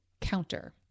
counter